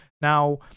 now